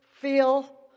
feel